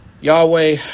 Yahweh